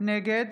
נגד